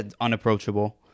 unapproachable